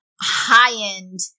high-end